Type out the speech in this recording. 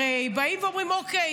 הרי באים אומרים: אוקיי,